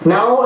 Now